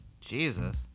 Jesus